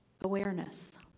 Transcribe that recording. Awareness